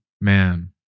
Man